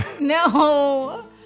No